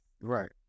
right